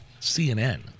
CNN